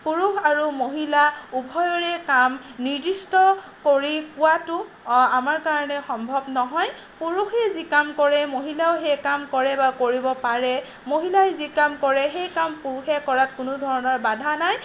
পুৰুষ আৰু মহিলা উভয়ৰে কাম নিৰ্দিষ্ট কৰি পোৱাতো আমাৰ কাৰণে সম্ভৱ নহয় পুৰুষে যি কাম কৰে মহিলাইও সেই কাম কৰে বা কৰিব পাৰে মহিলাই যি কাম কৰে সেই কাম পুৰুষে কৰাত কোনো ধৰণৰ বাধা নাই